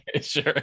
Sure